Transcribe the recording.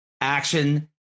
Action